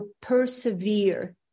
persevere